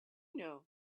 know